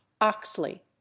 oxley